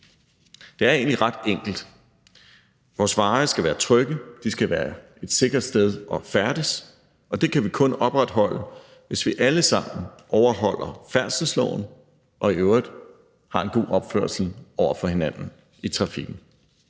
Det er egentlig ret enkelt. Vores veje skal være trygge. De skal være et sikkert sted at færdes, og det kan vi kun opretholde, hvis vi alle sammen overholder færdselsloven og i øvrigt har en god opførsel over for hinanden i trafikken.